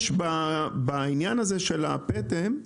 בעניין הזה של הפטם,